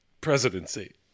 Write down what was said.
presidency